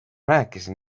rääkisin